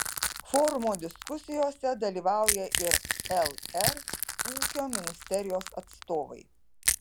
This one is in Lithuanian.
forumo diskusijose dalyvauja ir lr ūkio ministerijos atstovai